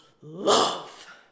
love